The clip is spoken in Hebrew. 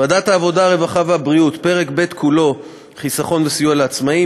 ועדה משותפת לוועדת החוץ והביטחון וועדת הכספים,